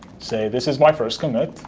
say this is my first commit